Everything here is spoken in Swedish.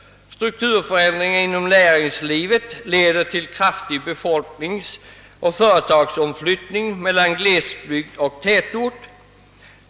Strukturförändringarna inom näringslivet leder till en kraftig befolkningsoch företagsomflyttning mellan glesbygd och tätort.